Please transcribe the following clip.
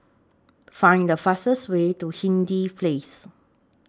Find The fastest Way to Hindhede Place